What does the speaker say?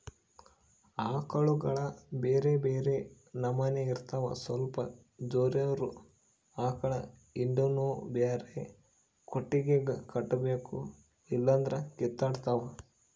ಆಕಳುಗ ಬ್ಯೆರೆ ಬ್ಯೆರೆ ನಮನೆ ಇರ್ತವ ಸ್ವಲ್ಪ ಜೋರಿರೊ ಆಕಳ ಹಿಂಡನ್ನು ಬ್ಯಾರೆ ಕೊಟ್ಟಿಗೆಗ ಕಟ್ಟಬೇಕು ಇಲ್ಲಂದ್ರ ಕಿತ್ತಾಡ್ತಾವ